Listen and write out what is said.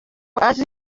azi